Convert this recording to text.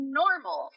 normal